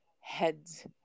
heads